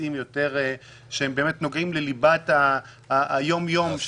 לנושאים שנוגעים לליבת היום יום,